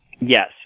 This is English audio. Yes